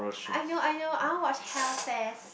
I know I know I want to watch Hell Fest